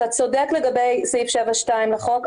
אתה צודק לגבי סעיף 7(2) לחוק,